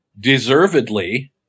deservedly